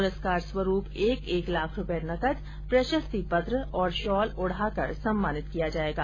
पुरस्कार स्वरुप एक एक लाख रुपए नकद प्रशस्ति पत्र और शॉल ओढ़ाकर सम्मानित किया जाएगा